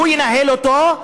הוא ינהל אותו,